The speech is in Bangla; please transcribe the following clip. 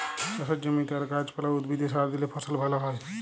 চাষের জমিতে আর গাহাচ পালা, উদ্ভিদে সার দিইলে ফসল ভাল হ্যয়